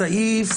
-- סעיף